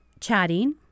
chatting